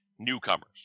newcomers